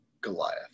Goliath